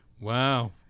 Wow